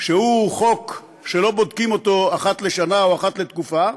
שהוא חוק שלא בודקים אותו אחת לשנה או אחת לתקופה,